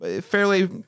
fairly